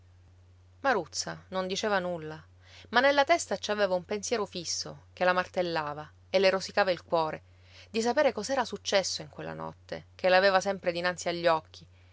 maruzza non diceva nulla ma nella testa ci aveva un pensiero fisso che la martellava e le rosicava il cuore di sapere cos'era successo in quella notte che l'aveva sempre dinanzi agli occhi